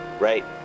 right